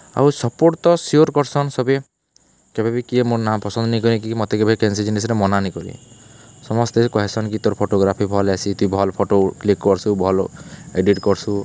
ଆଉ ସପୋର୍ଟ୍ ତ ସିଓର୍ କର୍ସନ୍ ସଭେ କେବେ ବି କିଏ ମୋର୍ ନାପସନ୍ଦ ନେଇକରି କି ମତେ କେବେ କେନ୍ସି ଜିନିଷ୍ରେ ମନା ନି କରି ସମସ୍ତେ କହେସନ୍ କି ତୋର୍ ଫଟୋଗ୍ରାଫି ଭଲ୍ ଆଏସି ତୁଇ ଭଲ୍ ଫଟୋ କ୍ଲିକ୍ କର୍ସୁ ଭଲ୍ ଏଡ଼ିଟ୍ କର୍ସୁ